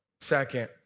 Second